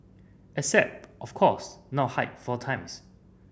except of course not hike four times